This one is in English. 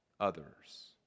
others